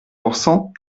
pourcent